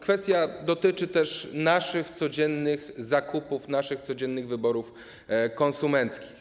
Kwestia dotyczy także naszych codziennych zakupów, naszych codziennych wyborów konsumenckich.